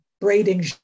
braiding